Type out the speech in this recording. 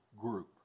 group